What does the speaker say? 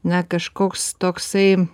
na kažkoks toksai